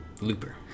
Looper